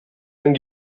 ein